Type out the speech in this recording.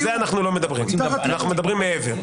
אנחנו מדברים מעבר.